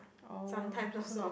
sometimes also